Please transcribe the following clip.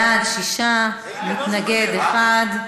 בעד, 6, מתנגד אחד.